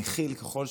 מכיל ככל שיהיה,